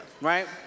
right